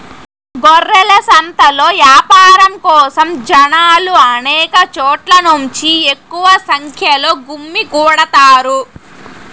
గొర్రెల సంతలో యాపారం కోసం జనాలు అనేక చోట్ల నుంచి ఎక్కువ సంఖ్యలో గుమ్మికూడతారు